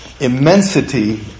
immensity